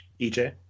EJ